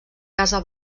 casa